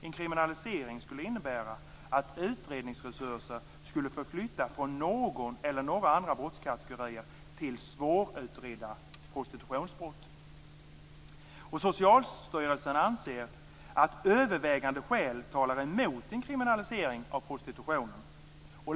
En kriminalisering skulle innebära att utredningsresurser skulle få flytta från någon eller några andra brottskategorier till svårutredda prostitutionsbrott. Socialstyrelsen anser att övervägande skäl talar emot en kriminalisering av prostitutionen.